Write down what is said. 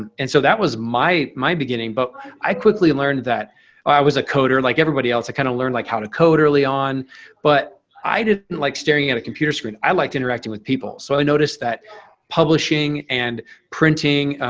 and and so that was my my beginning, but i quickly and learned that i was a coder. like everybody else, i kind of learned like how to code early on but i didn't like staring at a computer screen. i liked interacting with people. so i noticed that publishing and printing,